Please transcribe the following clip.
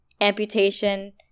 amputation